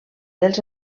dels